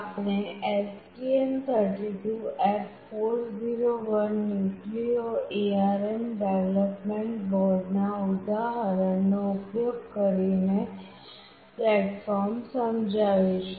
આપણે STM32F401 Nucleo ARM development બોર્ડના ઉદાહરણનો ઉપયોગ કરીને પ્લેટફોર્મ સમજાવીશું